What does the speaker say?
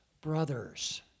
brothers